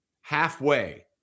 halfway